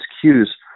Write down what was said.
cues